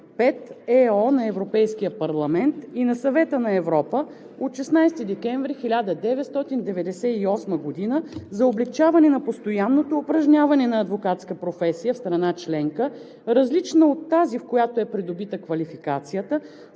98/5/ЕО на Европейския парламент и на Съвета на Европа от 16 декември 1998 г. за облекчаване на постоянното упражняване на адвокатска професия в страна членка, различна от тази, в която е придобита квалификацията,